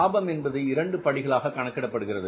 லாபம் என்பது இரண்டு படிகளாக கணக்கிடப்படுகிறது